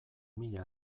mila